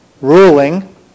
ruling